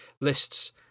lists